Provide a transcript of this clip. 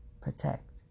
protect